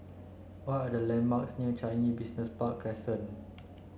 what are the landmarks near Changi Business Park Crescent